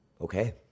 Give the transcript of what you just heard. Okay